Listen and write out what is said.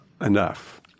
enough